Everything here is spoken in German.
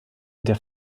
der